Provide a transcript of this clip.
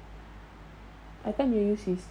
I can't believe sis